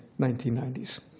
1990s